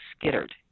skittered